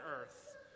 earth